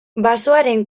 basoaren